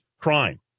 crime